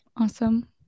awesome